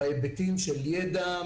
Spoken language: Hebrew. בהיבטים של ידע,